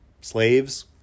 slaves